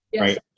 right